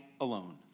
alone